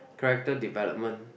character development